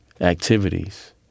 activities